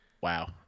Wow